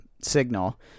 signal